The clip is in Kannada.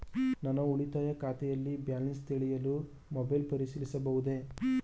ನನ್ನ ಉಳಿತಾಯ ಖಾತೆಯಲ್ಲಿ ಬ್ಯಾಲೆನ್ಸ ತಿಳಿಯಲು ಮೊಬೈಲ್ ಪರಿಶೀಲಿಸಬಹುದೇ?